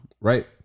right